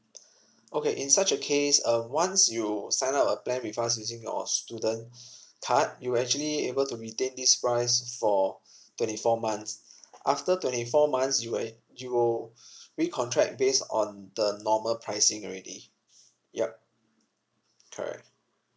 okay in such a case uh once you sign up a plan with us using your student card you actually able to retain this price for twenty four months after twenty four months you you recontract based on the normal pricing already yup correct